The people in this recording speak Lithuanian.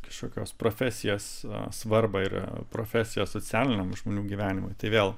kažkokios profesijos svarbą ir profesiją socialiniam žmonių gyvenimui tai vėl